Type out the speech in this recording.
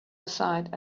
aside